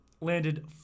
landed